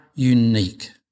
Unique